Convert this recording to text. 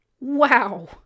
Wow